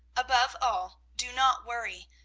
above all, do not worry.